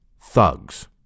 thugs